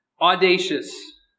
Audacious